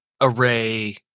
array